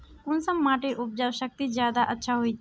कुंसम माटिर उपजाऊ शक्ति ज्यादा अच्छा होचए?